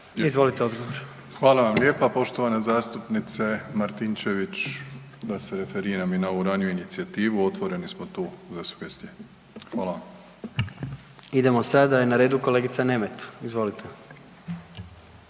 Andrej (HDZ)** Hvala vam lijepa poštovana zastupnice Martinčević, da se referiram i na ovu raniju inicijativu, otvoreni smo tu za sugestije. Hvala vam. **Jandroković, Gordan (HDZ)** Idemo sada je na redu kolegica Nemet, izvolite.